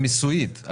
פרק ז' שכירות מוסדית,